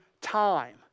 time